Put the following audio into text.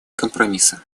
компромисса